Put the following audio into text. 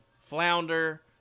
flounder